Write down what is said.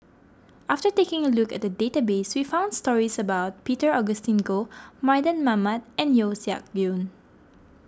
after taking a look at the database we found stories about Peter Augustine Goh Mardan Mamat and Yeo Siak Goon